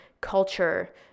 culture